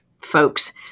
folks